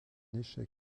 échec